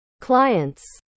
clients